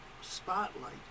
spotlight